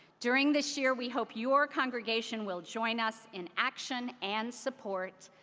during this year, we hope your congregation will join us in action and support.